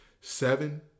Seven